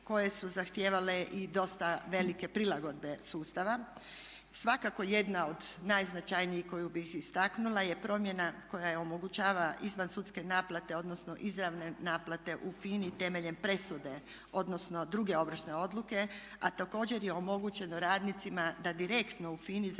koje su zahtijevale i dosta velike prilagodbe sustava. Svakako jedna od najznačajnijih koju bih istaknula je promjena koja omogućava izvansudske naplate odnosno izravne naplate u FINA-i temeljem presude odnosno druge ovršne odluke a također je omogućeno radnicima da direktno u FINA-i zatraže